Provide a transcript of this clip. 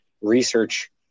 research